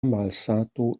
malsato